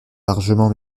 largement